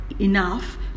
enough